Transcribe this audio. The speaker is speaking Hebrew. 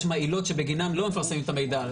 יש בה אילוץ שבגינם לא מפרסמים את המידע.